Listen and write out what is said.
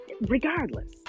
Regardless